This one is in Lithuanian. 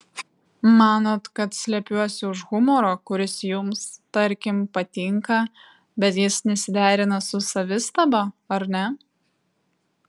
manot kad slepiuosi už humoro kuris jums tarkim patinka bet jis nesiderina su savistaba ar ne